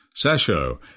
Sasho